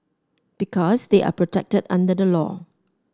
because they are protected under the law